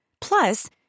Plus